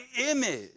image